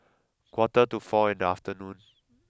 quarter to four in the afternoon